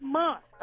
month